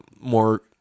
more